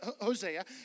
Hosea